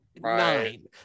nine